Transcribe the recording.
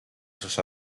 sus